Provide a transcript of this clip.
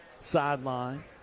sideline